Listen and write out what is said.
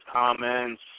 comments